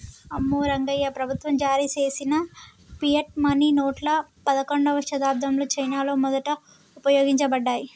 అమ్మో రంగాయ్యా, ప్రభుత్వం జారీ చేసిన ఫియట్ మనీ నోట్లు పదకండవ శతాబ్దంలో చైనాలో మొదట ఉపయోగించబడ్డాయి